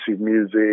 music